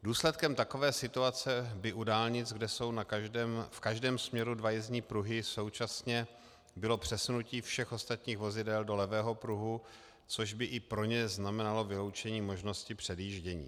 Důsledkem takové situace by u dálnic, kde jsou v každém směru dva jízdní pruhy současně, bylo přesunutí všech ostatních vozidel do levého pruhu, což by i pro ně znamenalo vyloučení možnosti předjíždění.